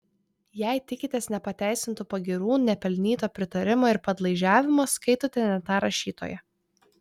jei tikitės nepateisintų pagyrų nepelnyto pritarimo ir padlaižiavimo skaitote ne tą rašytoją